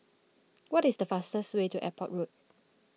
what is the fastest way to Airport Road